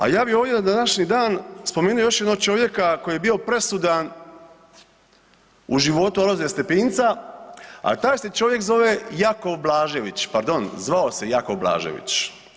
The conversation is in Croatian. A ja bi ovdje na današnji dan spomenuo još jednog čovjeka koji je bio presudan u životu Alojzija Stepinca, a taj se čovjek zove Jakov Blažević, pardon zvao se Jakov Blažević.